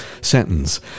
sentence